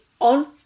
on